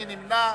מי נמנע?